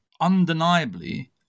undeniably